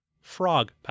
frog